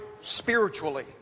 spiritually